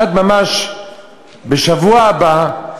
עד ממש השבוע הבא,